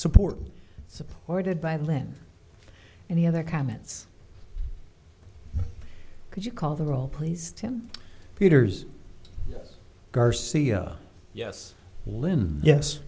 support supported by lynn any other comments would you call the roll please tim peters garcia yes lynn yes